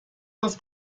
was